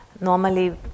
normally